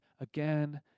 again